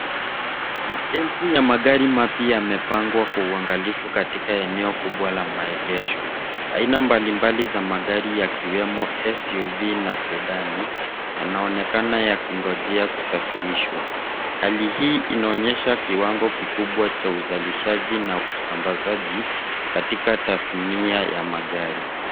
Maelfu ya magari mapya yamepangwa kwa uangalifu katika eneo kubwa la maegesho aina mbali mbali za magari yakiwemo SUV na sedani yanaonekana yakingojea kusafirishwa hali hii inaonyesha kiwango kikubwa cha uzalishaji na usamabazaji katika tasnia ya magari.